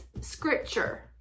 scripture